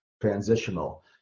transitional